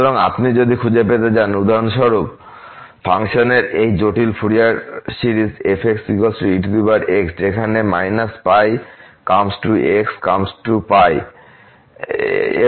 সুতরাং আপনি যদি খুঁজে পেতে চান উদাহরণস্বরূপ ফাংশনের এই জটিল ফুরিয়ার সিরিজ f ex যেখানে −π ∈ x ∈ π